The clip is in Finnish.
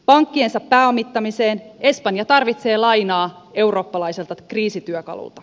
pankkiensa pääomittamiseen espanja tarvitsee lainaa eurooppalaiselta kriisityökalulta